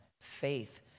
faith